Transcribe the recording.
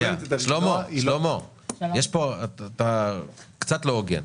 שלמה, אתה קצת לא הוגן.